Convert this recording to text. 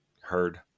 heard